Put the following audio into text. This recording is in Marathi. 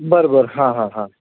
बरं बरं हां हां हां